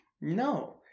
No